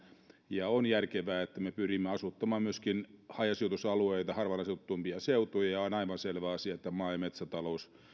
ja on järkevää että me pyrimme asuttamaan myöskin hajasijoitusalueita harvaanasutumpia seutuja ja on aivan selvä asia että maa ja metsätalous